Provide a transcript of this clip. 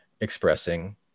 expressing